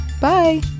Bye